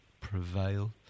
prevail